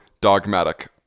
dogmatic